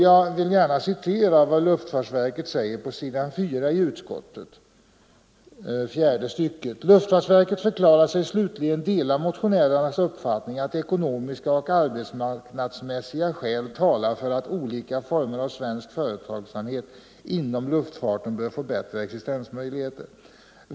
Jag vill gärna citera vad luftfartsverket säger på s. 4, fjärde stycket i utskottets betänkande: ; ”Luftfartsverket förklarar sig slutligen dela motionärernas uppfattning att ekonomiska och arbetsmarknadsmässiga skäl talar för att olika former av svensk företagsamhet inom luftfarten bör få bättre existensmöjligheter.